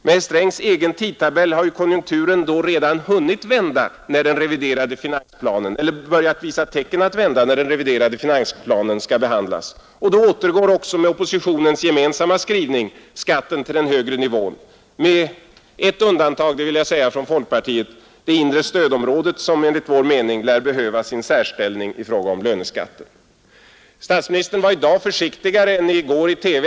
Med herr Strängs egen tidtabell har ju konjunkturen redan börjat visa tecken att vända när den reviderade finansplanen skall behandlas, och då återgår med oppositionens gemensamma skrivning skatten till den högre nivån — med ett undantag, det vill jag säga för folkpartiets del: det inre stödområdet, som enligt vår uppfattning lär behöva sin särställning i fråga om löneskatten. Statsministern var i dag försiktigare än i går i TV.